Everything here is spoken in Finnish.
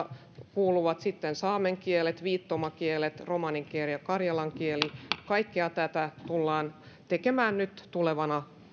kuuluvat sitten saamen kielet viittomakielet romanikieli ja karjalan kieli kaikkea tätä tullaan tekemään nyt tulevana